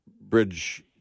bridge